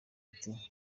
ati